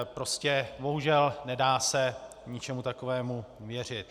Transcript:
Prostě bohužel, nedá se ničemu takovému věřit.